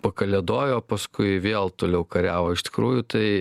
pakalėdojo o paskui vėl toliau kariavo iš tikrųjų tai